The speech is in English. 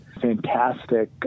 fantastic